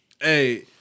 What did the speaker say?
Hey